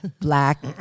black